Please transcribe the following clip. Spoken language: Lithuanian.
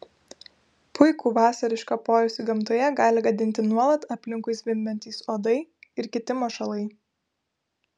puikų vasarišką poilsį gamtoje gali gadinti nuolat aplinkui zvimbiantys uodai ir kiti mašalai